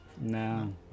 No